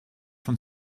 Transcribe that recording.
von